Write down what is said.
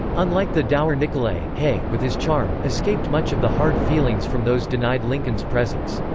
unlike the dour nicolay, hay, with his charm, escaped much of the hard feelings from those denied lincoln's presence.